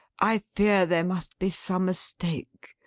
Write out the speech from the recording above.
i fear there must be some mistake.